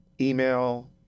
email